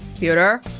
pewter?